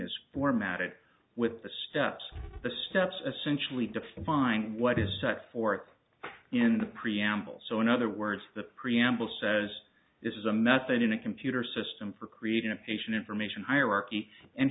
is formatted with the steps the steps essentially defined what is set forth in the preamble so in other words the preamble says this is a method in a computer system for creating a patient information hierarchy and